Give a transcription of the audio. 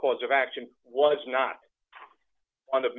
cause of action was not on the